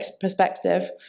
perspective